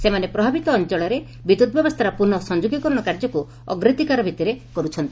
ସେମାନେ ପ୍ରଭାବିତ ଅଞ୍ଞଳରେ ବିଦ୍ୟୁତ ବ୍ୟବସ୍ଷାର ପୁନଃ ସଂଯୋଗୀକରଣ କାର୍ଯ୍ୟକୁ ଅଗ୍ରାଧକାର ଦେଉଛନ୍ତି